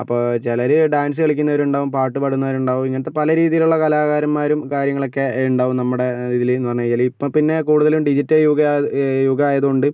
അപ്പോൾ ചിലർ ഡാൻസ് കളിക്കുന്നവരുണ്ടാകും പാട്ട് പാടുന്നവരുണ്ടാകും ഇങ്ങനത്തെ പല രീതിയിലുള്ള കലാകാരന്മാരും കാര്യങ്ങളൊക്കെ ഉണ്ടാവും നമ്മുടെ ഇതിൽ എന്ന് പറഞ്ഞു കഴിഞ്ഞെങ്കിൽ ഇപ്പം പിന്നെ കൂടുതലും ഡിജിറ്റല് യുഗം ആയ യുഗം ആയതുകൊണ്ട്